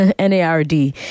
NARD